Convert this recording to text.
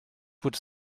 would